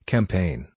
Campaign